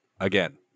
Again